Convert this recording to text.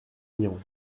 aignan